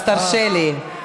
אז תרשה לי.